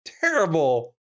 terrible